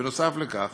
בנוסף לכך,